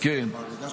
כבר הגשנו את זה.